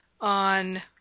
on